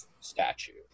statute